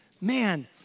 man